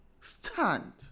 Stand